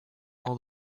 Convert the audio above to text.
all